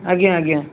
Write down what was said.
ଆଜ୍ଞା ଆଜ୍ଞା